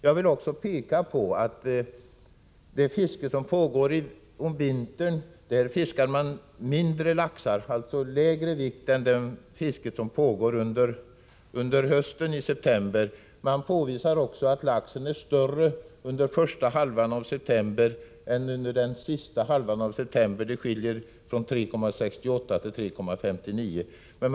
Jag vill också peka på att man i det fiske som pågår om vintern tar upp laxar med lägre vikt än laxar som tas upp i det fiske som pågår under hösten, i september. Man har vidare påvisat att laxen är större under första hälften av september än under den sista — skillnaden ligger på mellan 3,68 och 3,59 kg.